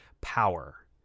Power